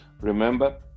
remember